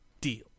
deal